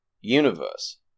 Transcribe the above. universe